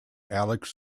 alex